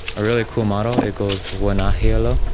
a really cool motto. it goes, wana hey lo.